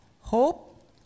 Hope